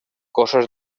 cossos